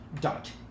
Dot